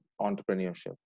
entrepreneurship